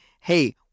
hey